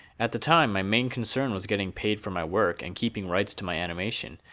at the time, my main concern was getting paid for my work, and keeping rights to my animation.